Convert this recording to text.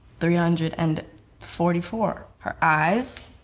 three hundred and forty four. her eyes,